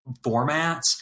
formats